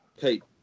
Pete